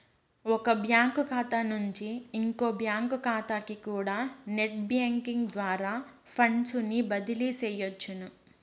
ఒక బ్యాంకు కాతా నుంచి ఇంకో బ్యాంకు కాతాకికూడా నెట్ బ్యేంకింగ్ ద్వారా ఫండ్సుని బదిలీ సెయ్యొచ్చును